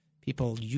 People